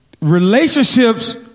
relationships